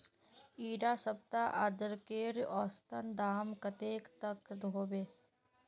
इडा सप्ताह अदरकेर औसतन दाम कतेक तक होबे?